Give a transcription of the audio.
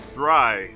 dry